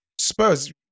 Spurs